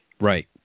Right